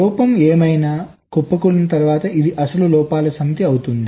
లోపం ఏమైనా కుప్పకూలినా తర్వాత ఇది అసలు లోపాల సమితి అవుతుంది